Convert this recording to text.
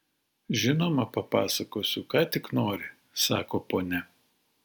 žinoma papasakosiu ką tik nori sako ponia